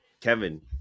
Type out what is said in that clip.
Kevin